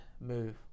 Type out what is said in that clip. move